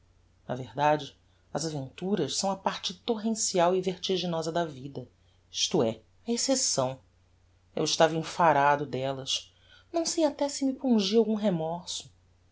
na verdade as aventuras são a parte torrencial e vertiginosa da vida isto é a excepção eu estava enfarado dellas não sei até se me pungia algum remorso